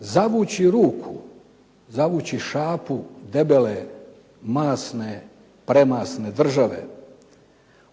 Zavući ruku, zavući šapu debele, masne, premasne države,